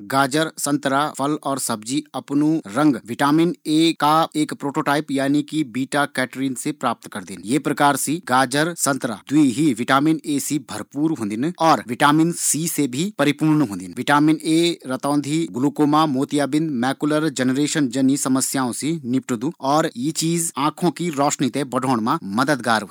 गाजर संतरा फल और सब्जी अपणु रंग विटामिन ए का एक प्रोटोटाइप बीटा कैटरीन से प्राप्त करदिन, ये प्रकार सी गाजर संतरा द्वी ही विटामिन ए और सी से परिपूर्ण होदिन, विटामिन ए रतोंधी ग्लूकोमा जनी बिमारी से दूर रखदू।